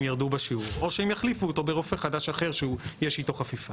ירדו בשיעור או שהם יחליפו אותו ברופא חדש אחר שיש איתו חפיפה.